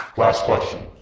last question.